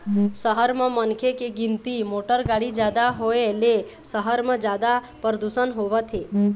सहर म मनखे के गिनती, मोटर गाड़ी जादा होए ले सहर म जादा परदूसन होवत हे